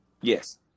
Yes